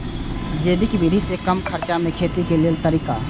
जैविक विधि से कम खर्चा में खेती के लेल तरीका?